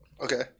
okay